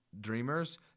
dreamers